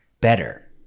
better